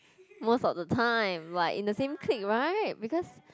most of the time like in the same clique right because